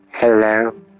Hello